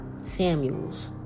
Samuels